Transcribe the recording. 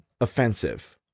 offensive